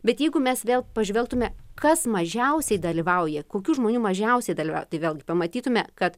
bet jeigu mes vėl pažvelgtume kas mažiausiai dalyvauja kokių žmonių mažiausiai dalyvauja tai vėlgi pamatytume kad